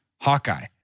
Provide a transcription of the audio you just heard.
Hawkeye